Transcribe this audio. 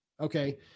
Okay